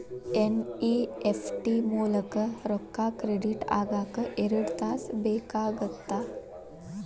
NEFT ಮೂಲಕ ರೊಕ್ಕಾ credit ಆಗಾಕ ಎರಡ್ ತಾಸ ಬೇಕಾಗತ್ತಾ